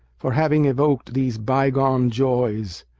for having evoked these by-gone joys!